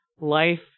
life